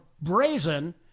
brazen